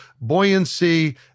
buoyancy